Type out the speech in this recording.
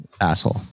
Asshole